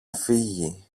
φύγει